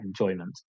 enjoyment